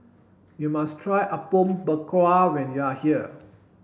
you must try Apom Berkuah when you are here